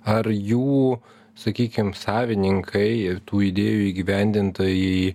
ar jų sakykim savininkai ir tų idėjų įgyvendintojai